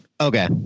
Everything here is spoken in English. Okay